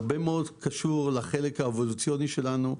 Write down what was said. הרבה מאוד זה קשור לחלק האבולוציוני שלנו,